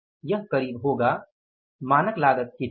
यह करीब होगा मानक लागत कितनी है